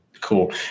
cool